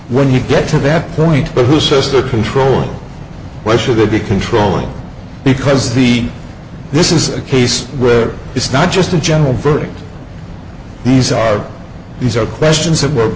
when you get to that point but who says they're controlled why should they be controlling because the this is a case where it's not just a general verdict these are these are questions that